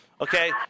Okay